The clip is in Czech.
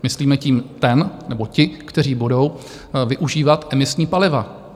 Myslíme tím ten nebo ti, kteří budou využívat emisní paliva.